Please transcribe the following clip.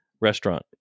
Restaurant